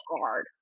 hard